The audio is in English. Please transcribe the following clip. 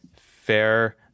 Fair